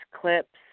clips